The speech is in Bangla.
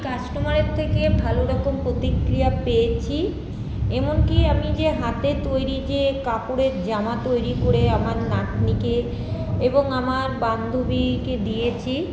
কাস্টোমারের থেকে ভালোরকম প্রতিক্রিয়া পেয়েছি এমনকি আমি যে হাতে তৈরি যে কাপড়ের জামা তৈরি করে আমার নাতনিকে এবং আমার বান্ধবীকে দিয়েছি